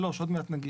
זה ב-3, עוד מעט נגיע.